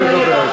איך אני אדבר?